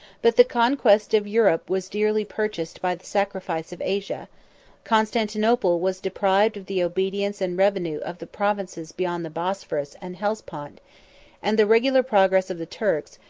but the conquest of europe was dearly purchased by the sacrifice of asia constantinople was deprived of the obedience and revenue of the provinces beyond the bosphorus and hellespont and the regular progress of the turks,